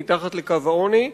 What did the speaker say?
מתחת לקו העוני,